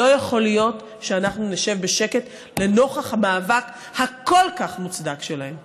לא יכול להיות שאנחנו נשב בשקט נוכח המאבק הכל-כך מוצדק שלהם.